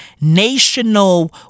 National